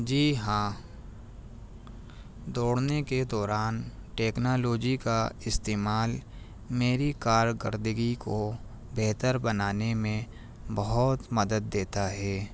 جی ہاں دوڑنے کے دوران ٹیکنالوجی کا استعمال میری کارگرردگی کو بہتر بنانے میں بہت مدد دیتا ہے